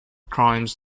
crimes